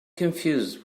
confused